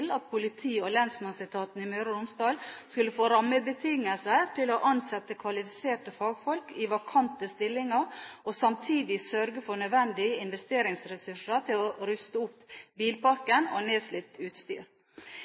at politi- og lensmannsetaten i Møre og Romsdal skulle få rammebetingelser til å ansette kvalifiserte fagfolk i vakante stillinger, og samtidig sørge for nødvendige investeringsressurser til å ruste opp bilparken og nedslitt utstyr.